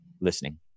listening